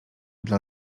dla